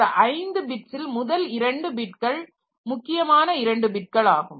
அந்த 5 பிட்ஸ்ஸில் முதல் 2 பிட்கள் முக்கியமான 2 பிட்கள் ஆகும்